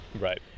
right